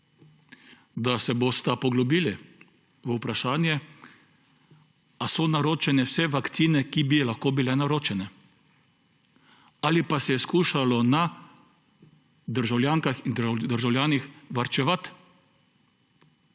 da se bosta poglobili v vprašanje, ali so naročene vse vakcine, ki bi lahko bile naročene, ali pa se je skušalo na državljankah in državljanih varčevati